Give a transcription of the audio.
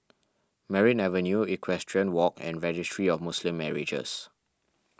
Merryn Avenue Equestrian Walk and Registry of Muslim Marriages